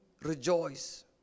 rejoice